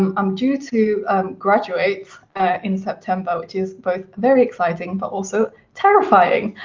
um i'm due to graduate in september, which is both very exciting but also terrifying.